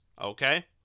Okay